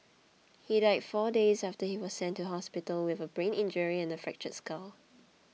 he died four days after he was sent to hospital with a brain injury and the fractured skull